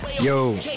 Yo